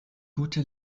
gute